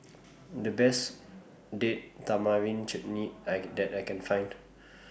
The Best Date Tamarind Chutney I that I Can Find